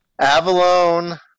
Avalon